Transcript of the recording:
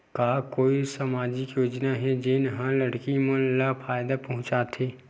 का कोई समाजिक योजना हे, जेन हा लड़की मन ला फायदा पहुंचाथे?